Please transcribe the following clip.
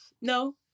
No